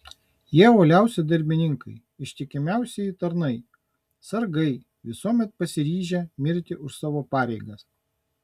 jie uoliausi darbininkai ištikimiausieji tarnai sargai visuomet pasiryžę mirti už savo pareigas